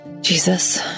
Jesus